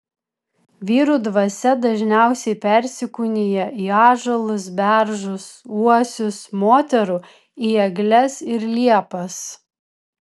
vyrų dvasia dažniausiai persikūnija į ąžuolus beržus uosius moterų į egles ir liepas